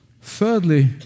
Thirdly